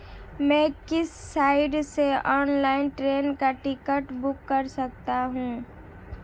मैं किस साइट से ऑनलाइन ट्रेन का टिकट बुक कर सकता हूँ?